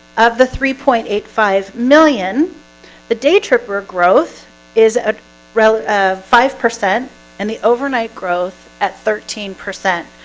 of the three point eight five million the daytripper growth is a relative five percent and the overnight growth at thirteen percent.